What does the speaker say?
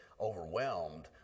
overwhelmed